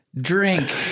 Drink